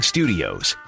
Studios